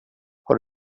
har